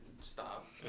Stop